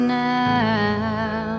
now